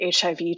HIV